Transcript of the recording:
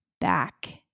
back